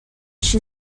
she